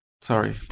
Sorry